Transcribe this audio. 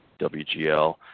WGL